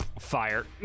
fire